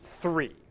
three